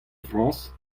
frañs